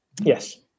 Yes